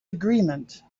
agreement